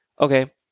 okay